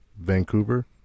Vancouver